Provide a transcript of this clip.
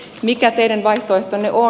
mikä teidän vaihtoehtonne on